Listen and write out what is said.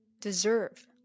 deserve